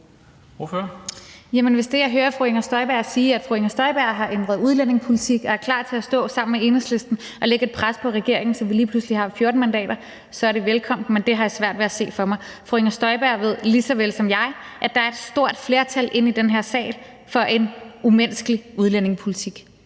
hvis det, som jeg hører fru Inger Støjberg sige, er, at fru Inger Støjberg har ændret sin udlændingepolitik og er klar til at stå sammen med Enhedslisten og lægge et pres på regeringen, så vi lige pludselig har 14 mandater, så er det velkomment. Men det har jeg svært ved at se for mig. Fru Inger Støjberg ved lige så vel som jeg, at der er et stort flertal i den her sal for en umenneskelig udlændingepolitik.